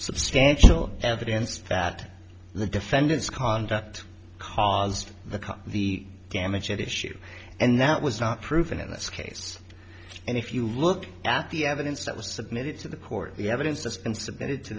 substantial evidence that the defendant's conduct caused the cause the damage at issue and that was not proven in this case and if you look at the evidence that was submitted to the court the evidence that's been submitted to